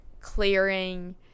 clearing